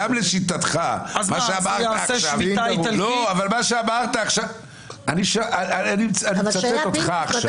גם לשיטתך, מה שאמרת עכשיו, אני מצטט אותך.